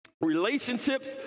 Relationships